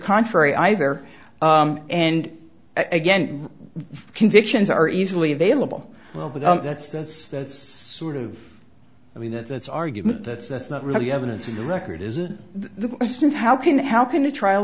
contrary either and again convictions are easily available well but that's that's that's sort of i mean that's argument that's that's not really evidence in the record is it the question how can how can a trial